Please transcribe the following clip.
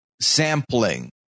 sampling